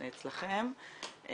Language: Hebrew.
אצלכם,